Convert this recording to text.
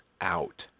out